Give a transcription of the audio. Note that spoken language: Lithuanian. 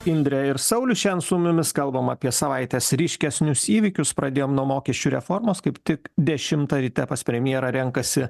indrę ir saulių šiandien su mumis kalbama apie savaites ryškesnius įvykius pradėjom nuo mokesčių reformos kaip tik dešimtą ryte pas premjerą renkasi